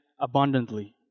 abundantly